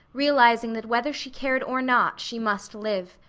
realizing that whether she cared or not, she must live.